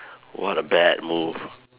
what a bad move